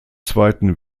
zweiten